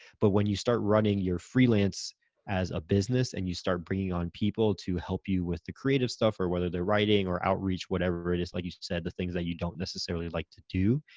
but when you start running your freelance as a business and you start bringing on people to help you with the creative stuff or whether they're writing or outreach, whatever it is, like you said, the things that you don't necessarily like to do,